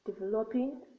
developing